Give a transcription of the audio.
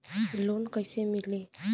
Loan कईसे मिली?